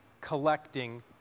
collecting